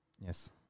Yes